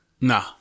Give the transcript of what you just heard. Nah